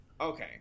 okay